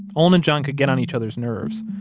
olin and john could get on each other's nerves.